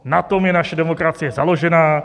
Na tom je naše demokracie založená.